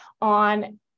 on